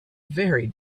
very